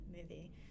movie